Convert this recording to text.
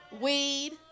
weed